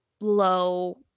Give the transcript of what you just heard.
low